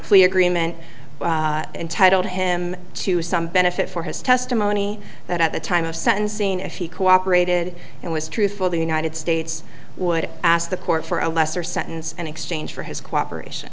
plea agreement entitled him to some benefit for his testimony that at the time of sentencing if he cooperated and was truthful the united states would ask the court for a lesser sentence and exchange for his cooperation